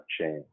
change